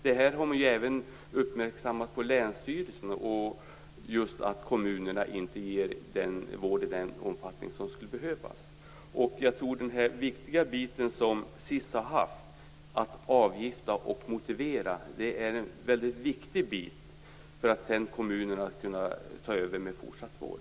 Det har även uppmärksammats av länsstyrelserna att kommunerna inte ger vård i den omfattning som skulle behövas. Den viktiga biten som SIS har haft, att avgifta och motivera, är en väldigt viktig bit för att kommunerna senare skall kunna ta över med fortsatt vård.